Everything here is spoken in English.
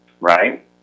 right